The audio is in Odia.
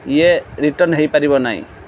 ଇଏ ରିଟର୍ନ୍ ହେଇପାରିବ ନାହିଁ